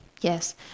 Yes